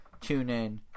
TuneIn